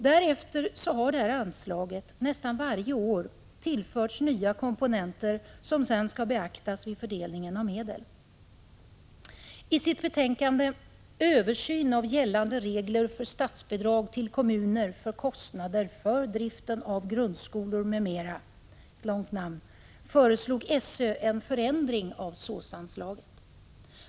Anslaget har därefter, nästan varje år, tillförts nya komponenter som sedan skall beaktas vid fördelningen av medel. I sitt betänkande Översyn av gällande regler för statsbidrag till kommuner för kostnader för driften av grundskolor m.m. föreslog SÖ en förändring av SÅS-anslaget.